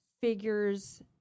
figures